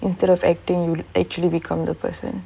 instead of acting you'd actually become the person